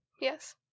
Yes